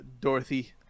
Dorothy